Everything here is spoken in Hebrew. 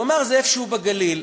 הוא אמר: זה איפשהו בגליל.